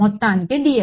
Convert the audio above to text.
మొత్తానికి dx